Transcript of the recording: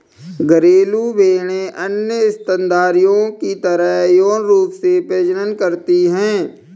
घरेलू भेड़ें अन्य स्तनधारियों की तरह यौन रूप से प्रजनन करती हैं